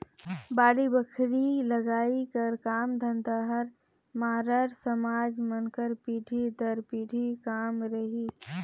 बाड़ी बखरी लगई कर काम धंधा हर मरार समाज मन कर पीढ़ी दर पीढ़ी काम रहिस